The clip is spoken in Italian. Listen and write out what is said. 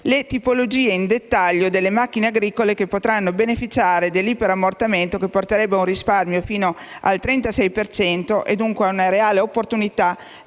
le tipologie in dettaglio delle macchine agricole che potranno beneficiare dell'iperammortamento, che porterebbe ad un risparmio fino al 36 per cento e dunque ad una reale opportunità